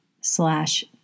slash